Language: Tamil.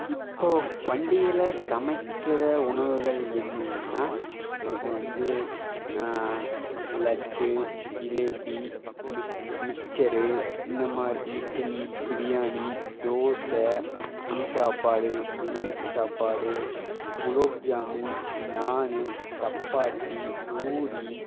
இப்போது பண்டிகையில் சமைக்கிற உணவுகள் என்னன்னன்னா இப்போ வந்து லட்டு ஜிலேபி மிக்சரு இன்னமாரி இட்லி பிரியாணி தோசை புளி சாப்பாடு எலுமிச்சை சாப்பாடு குலோப்ஜாமுன் நாண் சப்பாத்தி பூரி